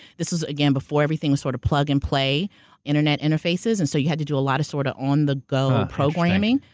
this was again before everything was sort of plug and play internet interfaces. and so you had to do a lot of sort of on the go ah programming.